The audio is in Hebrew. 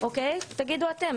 כן.